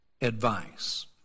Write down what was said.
advice